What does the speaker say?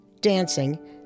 dancing